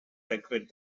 degfed